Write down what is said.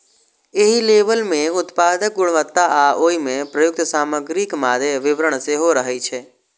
एहि लेबल मे उत्पादक गुणवत्ता आ ओइ मे प्रयुक्त सामग्रीक मादे विवरण सेहो रहै छै